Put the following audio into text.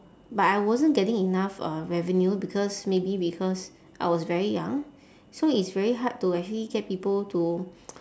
but I wasn't getting enough uh revenue because maybe because I was very young so it's very hard to actually get people to